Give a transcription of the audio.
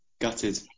Gutted